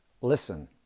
listen